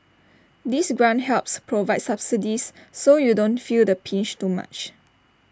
this grant helps provide subsidies so you don't feel the pinch too much